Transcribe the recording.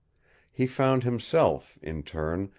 he found himself, in turn,